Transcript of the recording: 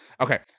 okay